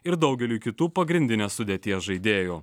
ir daugeliui kitų pagrindinės sudėties žaidėjų